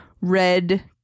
red